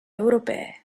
europee